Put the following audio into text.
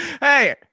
Hey